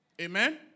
Amen